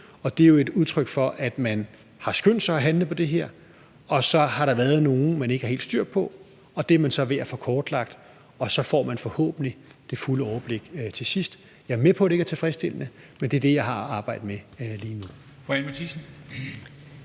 Det er jo et udtryk for, at man har skyndt sig at handle på det her, og så har der været nogle, man ikke har helt styr på, og det er man så ved at få kortlagt, og så får man forhåbentlig det fulde overblik til sidst. Jeg er med på, at det ikke er tilfredsstillende, men det er det, jeg har at arbejde med lige nu.